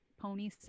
Pony